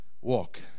walk